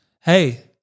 Hey